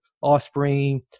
offspring